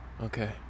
Okay